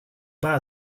bas